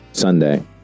Sunday